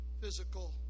physical